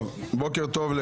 בוקר טוב.